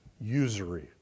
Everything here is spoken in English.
usury